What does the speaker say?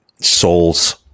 souls